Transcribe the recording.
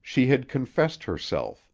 she had confessed herself.